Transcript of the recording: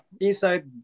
inside